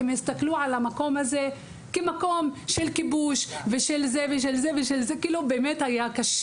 הם הסתכלו על המקום הזה כמקום של כיבוש ובאמת היה קשה.